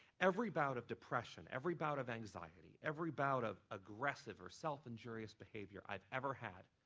every bout of depression, every bout of anxiety, every bout of aggressive or self injurious behavior i've ever had